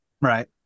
Right